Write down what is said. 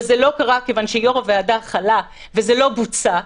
כל מי שמחוסן בעל תו ירוק יוצא מהארץ.